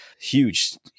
Huge